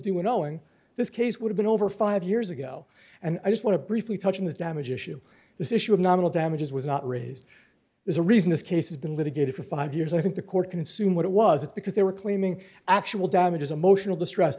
owing this case would've been over five years ago and i just want to briefly touch on this damage issue this issue of nominal damages was not raised there's a reason this case has been litigated for five years i think the court can assume what it was at because they were claiming actual damages emotional distress